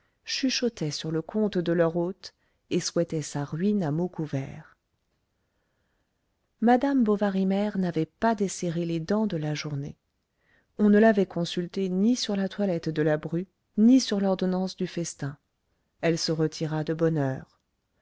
chuchotaient sur le compte de leur hôte et souhaitaient sa ruine à mots couverts madame bovary mère n'avait pas desserré les dents de la journée on ne l'avait consultée ni sur la toilette de la bru ni sur l'ordonnance du festin elle se retira de bonne heure